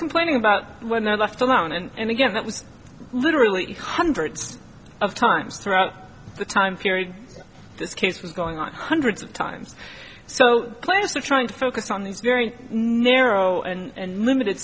complaining about when they're left alone and again that was literally hundreds of times throughout the time period this case was going on hundreds of times so players are trying to focus on these very narrow and limited